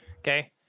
Okay